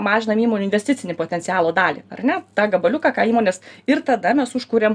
mažinam įmonių investicinį potencialo dalį ar ne tą gabaliuką ką įmonės ir tada mes užkuriam